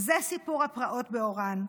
זה סיפור הפרעות באוראן.